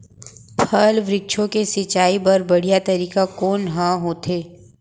फल, वृक्षों के सिंचाई बर बढ़िया तरीका कोन ह होथे?